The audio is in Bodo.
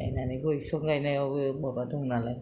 नायनानै गय बिफां गायनायावबो माबा दं नालाय